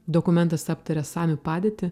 dokumentas aptaria samių padėtį